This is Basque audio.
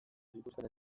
zituzten